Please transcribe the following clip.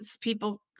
people